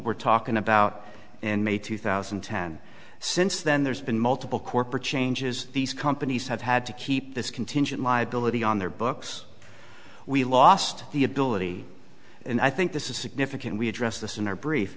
were talking about in may two thousand and ten since then there's been multiple corporate changes these companies have had to keep this contingent liability on their books we lost the ability and i think this is significant we address this in our brief